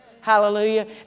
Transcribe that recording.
Hallelujah